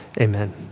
amen